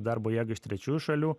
darbo jėgą iš trečiųjų šalių